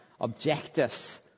objectives